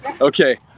Okay